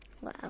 Wow